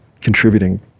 contributing